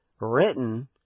written